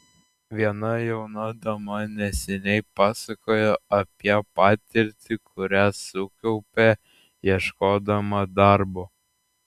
viena jauna dama neseniai pasakojo apie patirtį kurią sukaupė ieškodama darbo